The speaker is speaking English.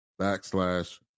backslash